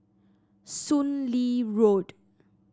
Soon Lee Road